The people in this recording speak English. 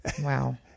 Wow